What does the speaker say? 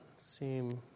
seem